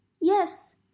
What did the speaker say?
yes